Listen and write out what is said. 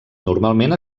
normalment